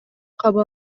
кабыл